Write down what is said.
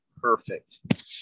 perfect